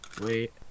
Wait